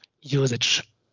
usage